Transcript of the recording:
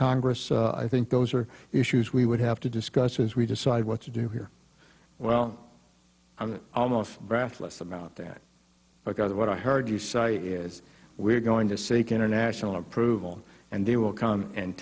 congress i think those are issues we would have to discuss as we decide what to do here well i'm almost breathless about that because what i heard you say is we're going to seek international approval and they will come and